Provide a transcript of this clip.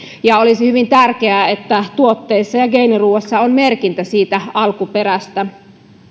ja olisi hyvin tärkeää että tuotteissa ja geeniruoassa on merkintä siitä alkuperästä